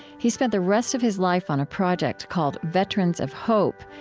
he spent the rest of his life on a project called veterans of hope,